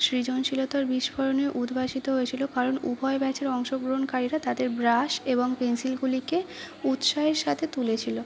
সৃজনশীলতার বিস্ফোরণে উদ্ভাসিত হয়েছিল কারণ উভয় ব্যাচের অংশগ্রহণকারীরা তাদের ব্রাশ এবং পেন্সিলগুলিকে উৎসাহের সাথে তুলেছিল